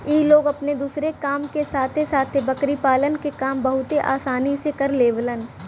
इ लोग अपने दूसरे काम के साथे साथे बकरी पालन के काम बहुते आसानी से कर लेवलन